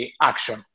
action